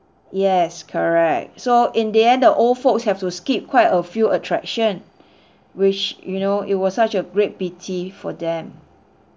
yes correct so in the end the old folks have to skip quite a few attraction which you know it was such a great pity for them